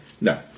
No